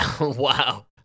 Wow